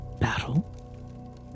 Battle